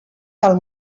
del